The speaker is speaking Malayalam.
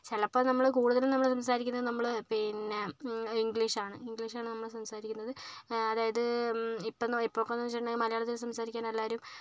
ചിലപ്പോൾ നമ്മൾ കൂടുതലും നമ്മൾ സംസാരിക്കുന്നത് നമ്മൾ പിന്നെ ഇംഗ്ലീഷാണ് ഇംഗ്ലീഷാണ് നമ്മൾ സംസാരിക്കുന്നത് അതായത് ഇപ്പോഴെന്ന് ഇപ്പോൾ ഒക്കെയെന്ന് വെച്ചിട്ടുണ്ടെങ്കിൽ മലയാളത്തിൽ സംസാരിക്കാനെല്ലാവരും